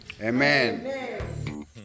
Amen